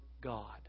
God